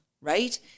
right